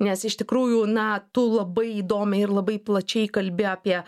nes iš tikrųjų na tu labai įdomiai ir labai plačiai kalbi apie